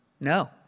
No